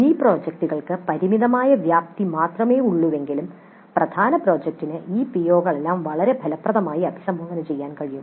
mini പ്രോജക്റ്റുകൾക്ക് പരിമിതമായ വ്യാപ്തി മാത്രമേ ഉള്ളൂവെങ്കിലും പ്രധാന പ്രോജക്റ്റിന് ഈ പിഒകളെയെല്ലാം വളരെ ഫലപ്രദമായി അഭിസംബോധന ചെയ്യാൻ കഴിയും